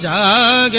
yeah aa